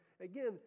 Again